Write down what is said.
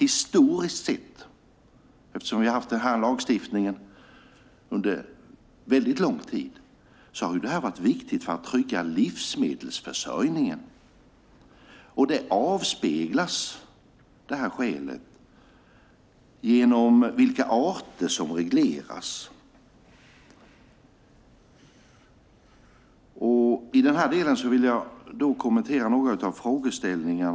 Vi har haft den lagstiftningen under lång tid. Det har varit viktigt för att trygga livsmedelsförsörjningen. Skälet avspeglas i vilka arter som regleras. Jag ska kommentera några av frågorna.